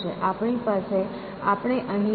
આપણે અહીં તેનો પ્રયાસ કરીશું નહીં